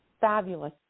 fabulous